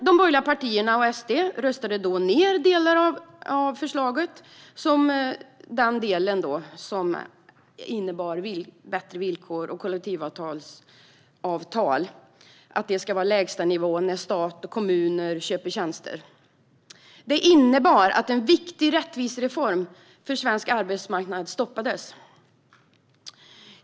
De borgerliga partierna och Sverigedemokraterna röstade dock ned den del av förslaget som innebar bättre villkor och att kollektivavtal ska vara lägstanivå när staten och kommuner köper tjänster. Det innebar att en viktig rättvisereform för svensk arbetsmarknad stoppades.